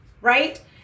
right